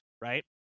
right